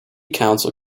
council